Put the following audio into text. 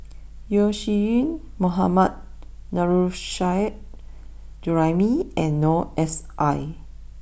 Yeo Shih Yun Mohammad Nurrasyid Juraimi and Noor S I